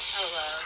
Hello